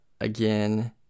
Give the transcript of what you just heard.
again